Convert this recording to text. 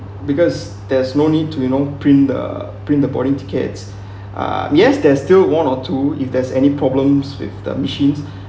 because there's no need to you know print the print the boarding tickets uh yes there's still one or two if there's any problems with the machines